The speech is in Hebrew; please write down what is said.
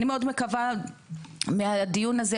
אני מאוד מקווה שבדיון הזה,